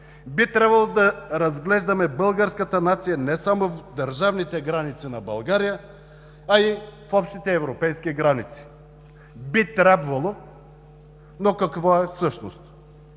Би трябвало да разглеждаме българската нация не само в държавните граници на България, а и в общите европейски граници. Би трябвало, но какво е всъщност!?